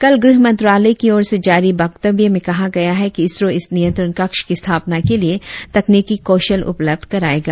कल गृह मंत्रालय की ओर से जारी व्यक्तव्य में कहा गया है कि इसरों इस नियंत्रण कक्ष की स्थापना के लिए तकनीकी कौशल उपलब्ध कराएगा